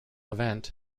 event